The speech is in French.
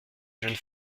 jeune